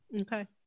Okay